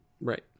Right